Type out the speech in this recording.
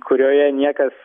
kurioje niekas